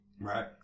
Right